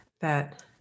That-